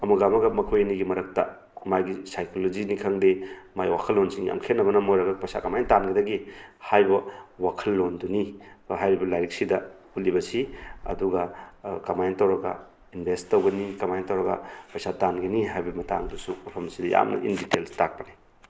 ꯑꯃꯒ ꯑꯃꯒ ꯃꯈꯣꯏꯅꯤꯒꯤ ꯃꯔꯛꯇ ꯃꯥꯒꯤ ꯁꯥꯏꯀꯣꯂꯣꯖꯤꯅꯤ ꯈꯪꯗꯦ ꯃꯥꯏ ꯋꯥꯈꯜꯂꯣꯟꯁꯤꯡ ꯌꯥꯝ ꯈꯦꯠꯅꯕꯅ ꯃꯔꯝ ꯑꯣꯏꯔꯒ ꯄꯩꯁꯥ ꯀꯃꯥꯏ ꯇꯥꯟꯒꯗꯒꯦ ꯍꯥꯏꯕ ꯋꯥꯈꯜꯂꯣꯟꯗꯨꯅꯤ ꯍꯥꯏꯔꯤꯕ ꯂꯥꯏꯔꯤꯛꯁꯤꯗ ꯎꯠꯂꯤꯕꯁꯤ ꯑꯗꯨꯒ ꯀꯃꯥꯏꯅ ꯇꯧꯔꯒ ꯏꯟꯕꯦꯁ ꯇꯧꯒꯅꯤ ꯀꯃꯥꯏꯅ ꯇꯧꯔꯒ ꯄꯩꯁꯥ ꯇꯥꯟꯒꯅꯤ ꯍꯥꯏꯕ ꯃꯇꯥꯡꯗꯨꯁꯨ ꯃꯐꯝꯁꯤꯗ ꯌꯥꯝꯅ ꯏꯟ ꯗꯦꯇꯦꯜꯁ ꯇꯥꯛꯄꯅꯤ